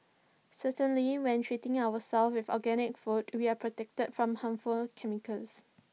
certainly when treating ourselves with organic food we are protected from harmful chemicals